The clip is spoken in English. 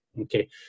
okay